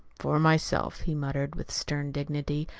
for myself, he muttered with stern dignity,